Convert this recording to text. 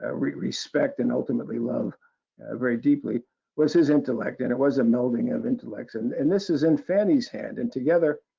ah respect and ultimately love very deeply was his intellect. and it was a melding of intellects. and and this is in fanny's hand, and together,